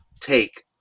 take